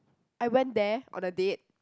I went there on a date